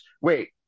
Wait